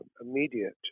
immediate